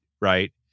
right